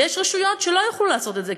ויש רשויות שלא יוכלו לעשות את זה,